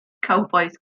cowbois